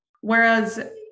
Whereas